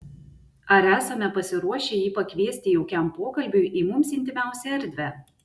ar esame pasiruošę jį pakviesti jaukiam pokalbiui į mums intymiausią erdvę